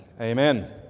Amen